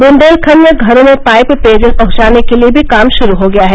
वृन्देलखण्ड में घरों में पाइप पेयजल पहुंचाने के लिये भी काम शुरू हो गया है